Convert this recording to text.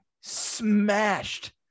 smashed